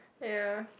ya